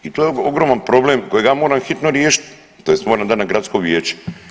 I to je ogroman problem kojeg ja moram hitno riješiti tj. moram dati na gradsko vijeće.